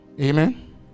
Amen